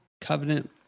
covenant